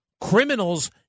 Criminals